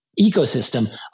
ecosystem